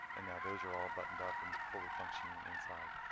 and now those are all buttoned up and fully functioning inside.